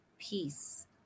peace